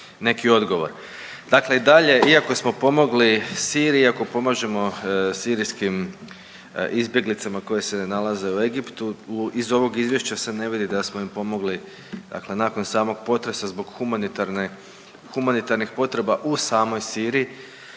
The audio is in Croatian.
neki odgovor. Dakle i dalje iako smo pomogli Siriji i ako pomažemo sirijskim izbjeglicama koje se nalaze u Egiptu iz ovog izvješća se ne vidi da smo im pomogli nakon samog potresa zbog humanitarnih potreba u samoj Siriji,